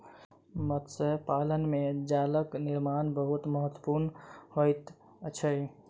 मत्स्य पालन में जालक निर्माण बहुत महत्वपूर्ण होइत अछि